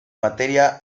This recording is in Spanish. materia